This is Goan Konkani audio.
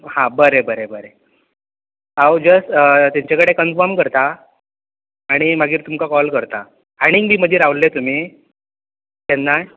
हा बरें बरें बरें हांव जस तेंचे कडेन कनफम करता आनी मागीर तुमकां कॉल करता आनीक बी मदीं रावल्ले तुमी केन्नाय